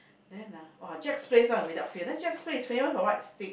then ah !wah! Jack's Place [one] without fail then Jack's Place is famous for what steak